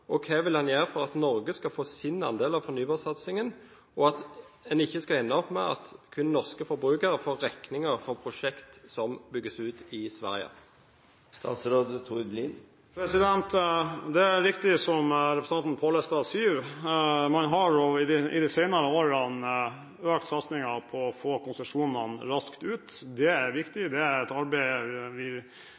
og hva vil han gjøre for at Norge skal få sin andel av fornybarsatsingen, og at en ikke skal ende opp med at kun norske forbrukere får regningen for prosjekt som bygges ut i Sverige? Det er riktig som representanten Pollestad sier, man har også i de senere årene økt satsingen på å få konsesjonene raskt ut. Det er viktig. Det er et arbeid vi